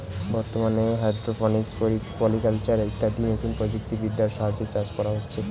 বর্তমানে hydroponics, polyculture ইত্যাদি নতুন প্রযুক্তি বিদ্যার সাহায্যে চাষ করা হচ্ছে